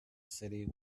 city